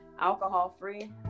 alcohol-free